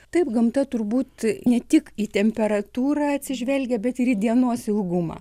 taip gamta turbūt ne tik į temperatūrą atsižvelgia bet ir į dienos ilgumą